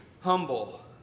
humble